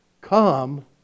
Come